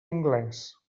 anglès